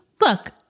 Look